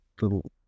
little